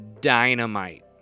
dynamite